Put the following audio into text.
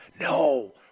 no